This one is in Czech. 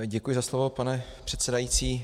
Děkuji za slovo, pane předsedající.